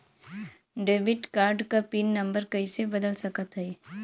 Debit card क pin number कइसे बदल सकत हई?